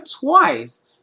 twice